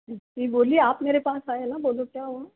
जी बोलिए आप मेरे पास आये हैं ना बोलो क्या हुआ